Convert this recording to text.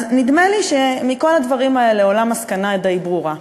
אז נדמה לי שמכל הדברים האלה עולה מסקנה די ברורה: